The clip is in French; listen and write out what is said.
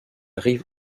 rive